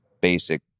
basic